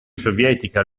sovietica